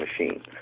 machine